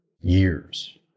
years